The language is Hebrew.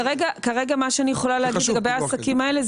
כרגע מה שאני יכולה להגיד לגבי העסקים האלה,